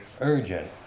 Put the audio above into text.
urgent